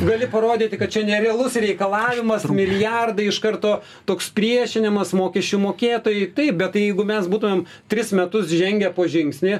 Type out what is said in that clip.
gali parodyti kad čia nerealus reikalavimas milijardai iš karto toks priešinimas mokesčių mokėtojai taip bet jeigu mes būtumėm tris metus žengę po žingsnį